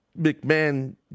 McMahon